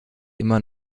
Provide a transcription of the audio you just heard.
immer